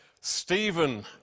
Stephen